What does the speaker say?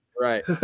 right